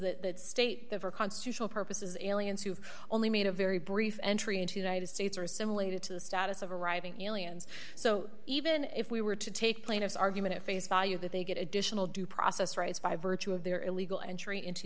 the state of our constitutional purposes aliens who have only made a very brief entry into united states are assimilated to the status of arriving aliens so even if we were to take plaintiff's argument at face value that they get additional due process rights by virtue of their illegal entry into